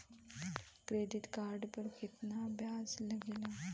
Credit card पर कितना ब्याज लगेला?